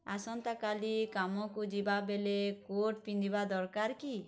ଆସନ୍ତାକାଲି କାମକୁ ଯିବାବେଳେ କୋର୍ଟ ପିନ୍ଧିବା ଦରକାର କି